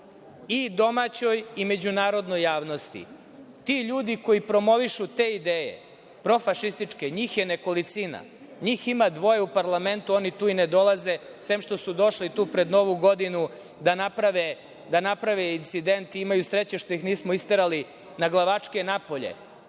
i domaćoj i međunarodnoj javnosti, ti ljudi koji promovišu te ideje, profašističke, njih je nekolicina, njih ima dvoje u parlamentu, oni tu i ne dolaze, sem što su došli tu pred Novu godinu da naprave incident. Imaju sreće što ih nismo isterali naglavačke napolje,